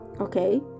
okay